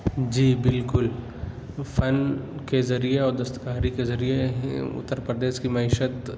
جی بالکل فن کے ذریعہ اور دستکاری کے ذریعہ ہی اتر پردیش کی معیشت